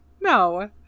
No